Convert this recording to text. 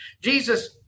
Jesus